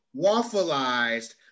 waffleized